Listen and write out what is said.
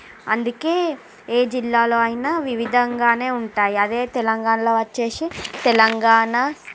అందుకే ఏ జిల్లాలో అయినా వివిధంగానే ఉంటాయి అదే తెలంగాణాలో వచ్చేసి తెలంగాణ